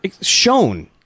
shown